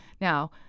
Now